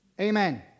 Amen